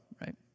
right